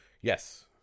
Yes